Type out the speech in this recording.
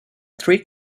three